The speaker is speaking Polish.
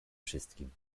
wszystkim